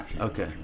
Okay